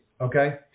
Okay